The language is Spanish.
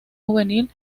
juvenil